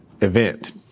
event